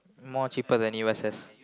more cheaper than U_S S